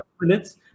minutes